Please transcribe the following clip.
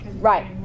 right